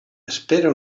espera